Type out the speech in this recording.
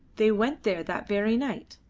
they went there that very night.